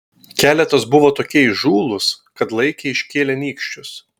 keletas buvo tokie įžūlūs kad laikė iškėlę nykščius